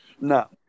no